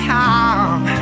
time